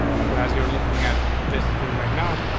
so as you're looking at this screen right now,